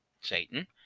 satan